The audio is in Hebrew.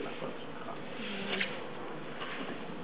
יש לי הכבוד להזמין את רעי